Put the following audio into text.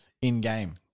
in-game